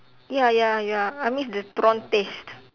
ya ya ya I miss the prawn taste